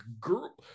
girl